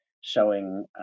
showing